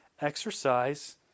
exercise